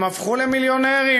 הם הפכו למיליונרים.